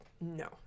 No